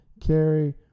carry